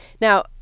Now